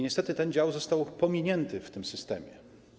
Niestety ten dział został pominięty w tym systemie.